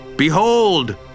Behold